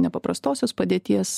nepaprastosios padėties